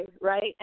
right